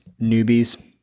newbies